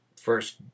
first